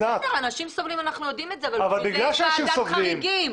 אנחנו יודעים שאנשים סובלים אבל בשביל זה יש ועדת חריגים.